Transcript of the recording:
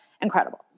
Incredible